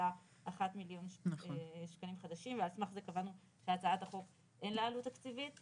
4.1 מיליון שקלים חדשים ועל סמך זה קבענו שלהצעת החוק אין עלות תקציבית.